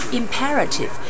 imperative